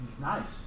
Nice